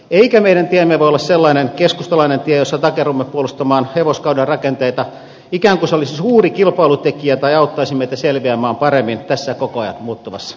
eikä meidän tiemme voi olla sellainen keskustalainen tie jossa takerrumme puolustamaan hevoskauden rakenteita ikään kuin se olisi suuri kilpailutekijä tai auttaisi meitä selviämään paremmin tässä koko ajan muuttuvassa maailmassa